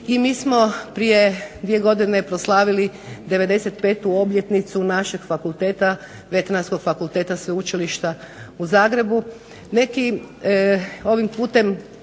I mi smo prije dvije godine proslavili 95 obljetnicu našeg Veterinarskog fakulteta SVeučilišta u Zagrebu.